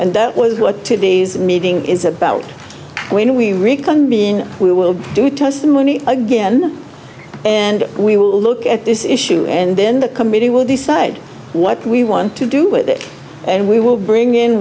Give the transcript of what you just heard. and that was what today's meeting is about when we reconvene we will do testimony again and we will look at this issue and then the committee will decide what we want to do with it and we will bring in